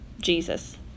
Jesus